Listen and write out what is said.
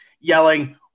yelling